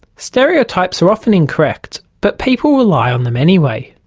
stereotypes are often incorrect, but people rely on them anyway.